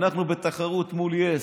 אנחנו בתחרות מול יס,